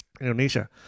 Indonesia